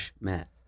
Matt